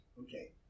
Okay